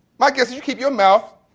my guess is you keep your mouth